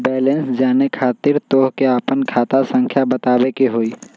Balance जाने खातिर तोह के आपन खाता संख्या बतावे के होइ?